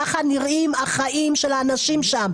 ככה נראים החיים של אנשים שם.